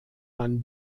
man